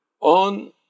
on